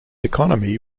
economy